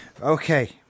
Okay